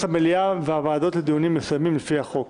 המליאה והוועדות לדיונים מסוימים לפי החוק.